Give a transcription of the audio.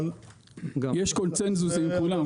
אבל --- יש קונצנזוס עם כולם,